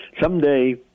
someday